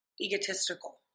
egotistical